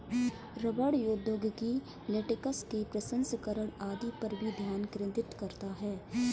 रबड़ प्रौद्योगिकी लेटेक्स के प्रसंस्करण आदि पर भी ध्यान केंद्रित करता है